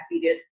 period